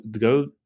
go